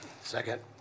Second